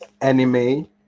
anime